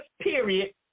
period